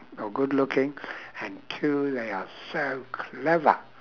or good looking and two they are so clever